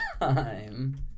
time